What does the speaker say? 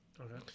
Okay